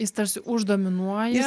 jis tarsi už dominuoja